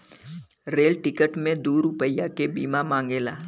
rail ticket मे दू रुपैया के बीमा मांगेला